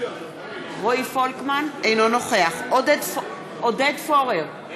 אינו נוכח עודד פורר,